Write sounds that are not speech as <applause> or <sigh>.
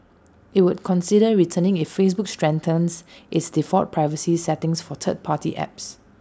IT would consider returning if Facebook strengthens <noise> its default privacy settings for third party apps